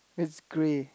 it's grey